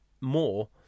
more